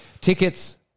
tickets